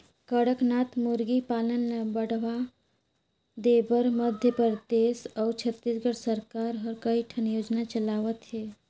कड़कनाथ मुरगी पालन ल बढ़ावा देबर मध्य परदेस अउ छत्तीसगढ़ सरकार ह कइठन योजना चलावत हे